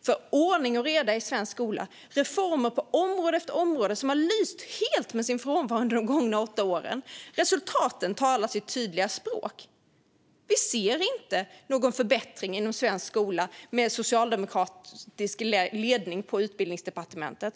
och för ordning och reda i svensk skola. Det är reformer på område efter område som har lyst helt med sin frånvaro under de gångna åtta åren. Resultaten talar sitt tydliga språk. Vi ser inte någon förbättring inom svensk skola med socialdemokratisk ledning på Utbildningsdepartementet.